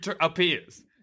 appears